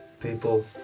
people